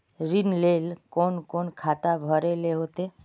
ऋण लेल कोन कोन खाता भरेले होते?